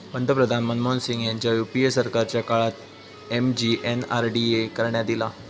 पंतप्रधान मनमोहन सिंग ह्यांच्या यूपीए सरकारच्या काळात एम.जी.एन.आर.डी.ए करण्यात ईला